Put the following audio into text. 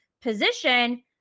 position